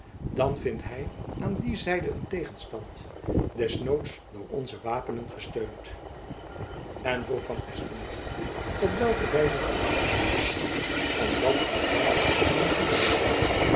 dan vindt hy aan die zijde een tegenstand des noods door onze wapenen gesteund en vroeg van espenblad op welke wijze kan ik u van dienst zijn om dat ontwerp te doen gelukken